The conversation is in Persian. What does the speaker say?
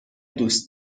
دوست